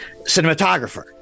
cinematographer